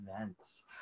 events